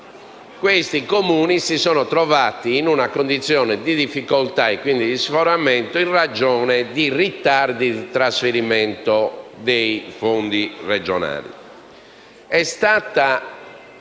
cui parlo si sono trovati in una condizione di difficoltà e, quindi, di sforamento in ragione di ritardi nel trasferimento dei fondi regionali.